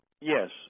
Yes